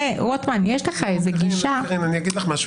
אני אגיד לך משהו.